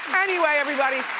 anyway, everybody,